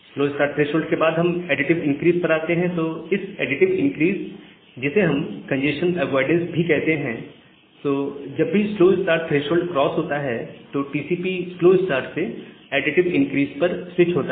slow start थ्रेशोल्डके बाद हम एडिटिव इनक्रीस पर आते हैं तो इस एडिटिव इनक्रीस जिसे हम कंजेस्शन अवॉइडेंस भी कहते हैं तो जब भी स्लो स्टार्ट थ्रेशोल्ड क्रॉस होता है तो टीसीपी स्लो स्टार्ट से एडिटिव इनक्रीस पर स्विच होता है